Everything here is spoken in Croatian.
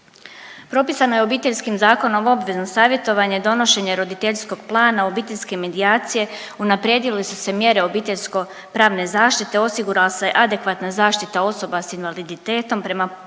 Propisana je Obiteljskim zakonom obvezno savjetovanje, donošenje roditeljskog plana, obiteljske medijacije, unaprijedile su se mjere obiteljsko-pravne zaštite, osigurala se adekvatna zaštita osoba sa invaliditetom prema preporuci